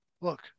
Look